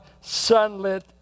sunlit